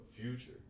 Future